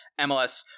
MLS